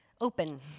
open